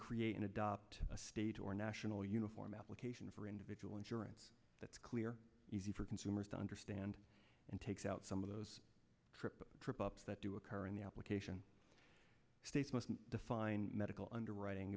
create and adopt a state or national uniform application for individual insurance that's clear easy for consumers to understand and takes out some of those trip trip ups that do occur in the application states must define medical underwriting